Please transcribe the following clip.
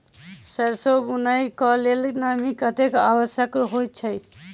सैरसो बुनय कऽ लेल नमी कतेक आवश्यक होइ छै?